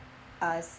us